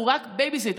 הוא רק בייביסיטר.